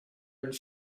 and